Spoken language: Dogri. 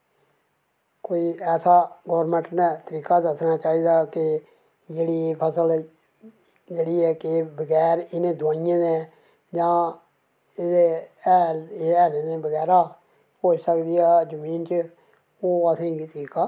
कोई गौरमैंट नै ऐसा तरीका दस्सना चाहिदा कि जेह्ड़ी एह् फसल की जेह्ड़ी एह् बगैर इनें दोआइयें दे जां एह् इनें हैलें दे बगैरा एह् ऐ साढ़ी जमीन च ओह् असेंगी एह् तरीका